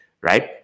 right